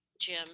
Jim